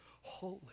holy